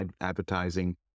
advertising